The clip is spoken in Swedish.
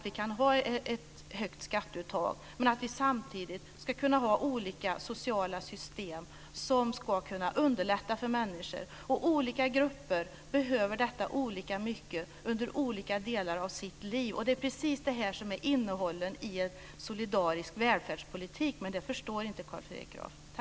Vi kan ha ett högt skatteuttag men samtidigt ha olika sociala system som underlättar för människor. Olika grupper behöver detta olika mycket under olika delar av sitt liv. Det är precis detta som är innehållet i en solidarisk välfärdspolitik. Men det förstår inte Carl